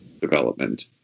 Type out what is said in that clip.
development